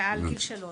מעל גיל שלוש.